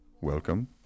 welcome